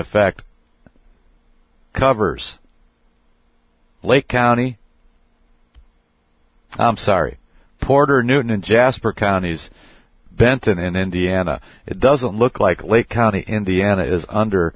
effect covers lake county i'm sorry puerto newton and jasper counties benton and indiana it doesn't look like lake county indiana is under